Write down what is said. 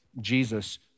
Jesus